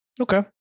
Okay